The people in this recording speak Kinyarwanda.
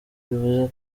bivuze